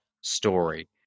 story